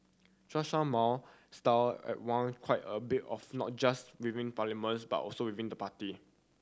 Chen Show Mao style are waned quite a bit of not just within parliaments but also within the party